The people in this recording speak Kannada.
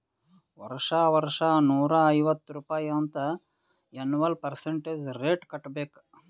ವರ್ಷಾ ವರ್ಷಾ ನೂರಾ ಐವತ್ತ್ ರುಪಾಯಿ ಅಂತ್ ಎನ್ವಲ್ ಪರ್ಸಂಟೇಜ್ ರೇಟ್ ಕಟ್ಟಬೇಕ್